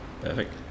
Perfect